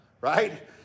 right